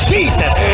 Jesus